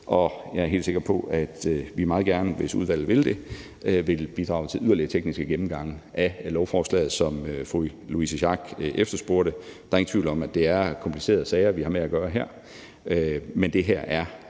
og jeg er helt sikker på, at vi meget gerne, hvis udvalget vil det, vil bidrage til yderligere tekniske gennemgange af lovforslaget, som fru Louise Schack Elholm efterspurgte. Der er ingen tvivl om, at det er komplicerede sager, vi har med at gøre her, men det her er